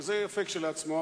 שזה יפה כשלעצמו,